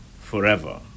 forever